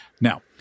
Now